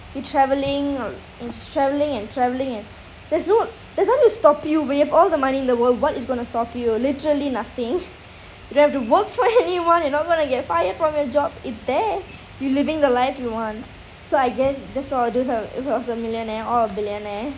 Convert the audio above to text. with travelling uh you just travelling and travelling and there's no there's no one to stop you you have all the money in the world what is going to stop you literally nothing you don't have to work for anyone and you're not going to get fired from your job it's there you living the life you want so I guess that's all I'll do if I if I was a millionaire or a billionaire